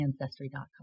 Ancestry.com